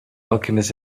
alchemist